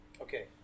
Okay